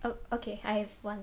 oh okay I have one